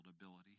ability